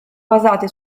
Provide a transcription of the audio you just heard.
basate